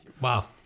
Wow